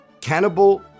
cannibal